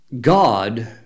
God